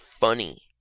funny